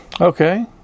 Okay